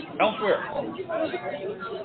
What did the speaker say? elsewhere